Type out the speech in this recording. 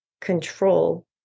control